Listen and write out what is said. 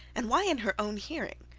and why in her own hearing?